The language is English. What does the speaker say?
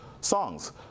songs